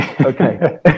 Okay